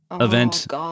event